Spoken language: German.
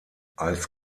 als